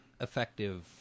effective